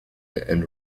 and